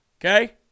Okay